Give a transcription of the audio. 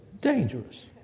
dangerous